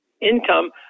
income